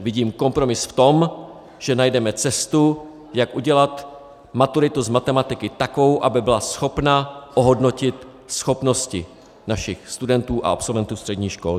Vidím kompromis v tom, že najdeme cestu, jak udělat maturitu z matematiky takovou, aby byla schopna ohodnotit schopnosti našich studentů a absolventů středních škol.